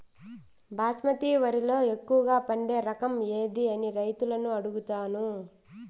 బాస్మతి వరిలో ఎక్కువగా పండే రకం ఏది అని రైతులను అడుగుతాను?